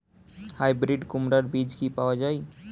Hybrid কুমড়ার বীজ কি পাওয়া য়ায়?